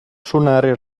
suonare